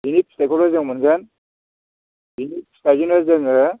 बेनि फिथायखौनो जों मोनगोन बिनि फिथायजोंनो जोङो